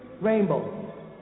Rainbow